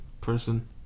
person